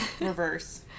reverse